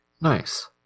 Nice